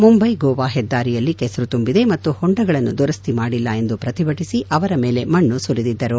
ಮುಂಬೈ ಗೋವಾ ಹೆದ್ದಾರಿಯಲ್ಲಿ ಕೆಸರು ತುಂಬಿದೆ ಮತ್ತು ಹೊಂಡಗಳನ್ನು ದುರಸ್ತಿ ಮಾಡಿಲ್ಲ ಎಂದು ಪ್ರತಿಭಟಿಸಿ ಅವರ ಮೇಲೆ ಮಣ್ಣು ಸುರಿದಿದ್ದರು